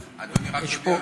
היושב-ראש.